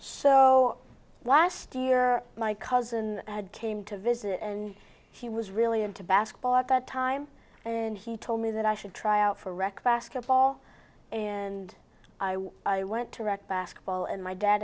so last year my cousin came to visit and he was really into basketball at that time and he told me that i should try out for rec basketball and i was i went to rec basketball and my dad